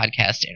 podcast